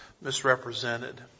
misrepresented